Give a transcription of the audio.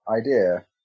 idea